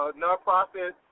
nonprofit